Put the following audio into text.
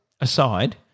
aside